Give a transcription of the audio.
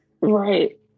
Right